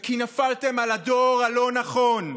וכי נפלתם על הדור הלא-נכון.